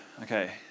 Okay